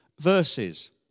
verses